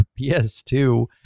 PS2